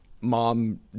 mom